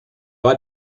war